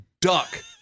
duck